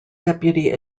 deputy